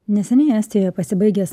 neseniai estijoje pasibaigęs